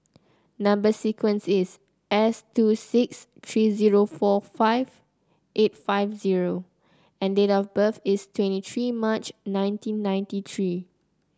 number sequence is S two six three zero four five eight five zero and date of birth is twenty three March nineteen ninety three